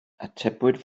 atebwyd